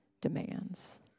demands